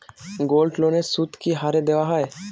গোল্ডলোনের সুদ কি হারে দেওয়া হয়?